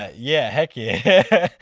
ah yeah heck yeah.